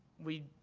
we,